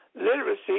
literacy